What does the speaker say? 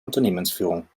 unternehmensführung